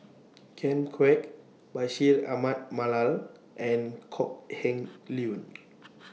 Ken Kwek Bashir Ahmad Mallal and Kok Heng Leun